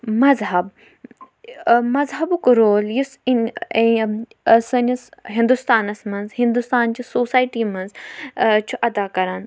مَذہَب مَذہَبُک رول یُس سٲنِس ہِندُستانَس منٛز ہِندُستانچہِ سوسایٹی منٛز چھُ اَدا کَران